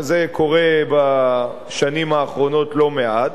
וזה קורה בשנים האחרונות לא מעט,